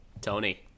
Tony